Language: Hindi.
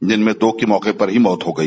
जिनमें दो की मौके पर ही मौत हो गई